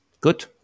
Good